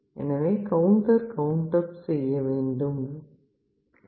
எனவே counter count up செய்யும்